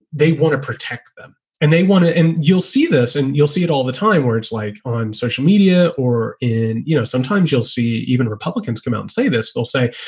they want to protect them and they want to. and you'll see this and you'll see it all the time. words like on social media or in you know, sometimes you'll see even republicans come out and say this. they'll say,